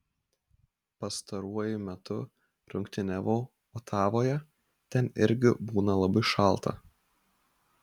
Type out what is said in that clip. pastaruoju metu rungtyniavau otavoje ten irgi būna labai šalta